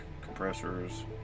compressors